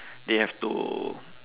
they have to